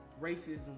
racism